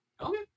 Okay